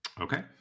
Okay